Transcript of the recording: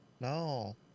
No